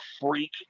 freak